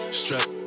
strap